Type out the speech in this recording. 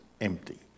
empty